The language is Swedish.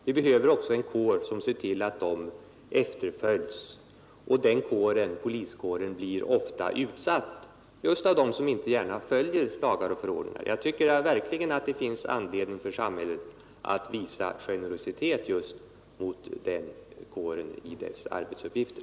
Vi behöver också en kår som ser till att dessa lagar och förordningar efterföljs, och den kåren — poliskåren — blir ofta utsatt för risker, de kan få skador vid konfrontationer med dem som inte gärna följer lagar och förordningar. Jag tycker verkligen att det finns anledning för samhället att visa generositet mot poliskåren med hänsyn till dess svåra arbetsuppgifter.